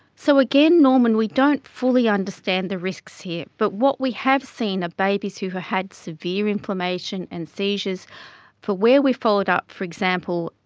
so again, norman, we don't fully understand the risks here, but what we have seen are babies who who had severe inflammation and seizures for where we followed up, for example,